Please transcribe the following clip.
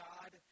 God